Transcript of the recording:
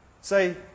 say